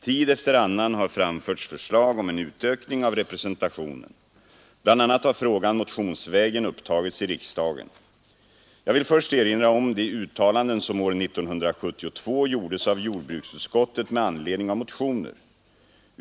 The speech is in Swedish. Tid efter annan har framförts förslag om en utökning av representationen. Bl. a. har frågan motionsvägen upptagits i riksdagen. Jag vill först erinra om de uttalanden som år 1972 gjordes av jordbruksutskottet med anledning av motioner.